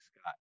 scott